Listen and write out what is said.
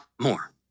more